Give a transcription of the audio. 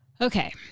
Okay